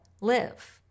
live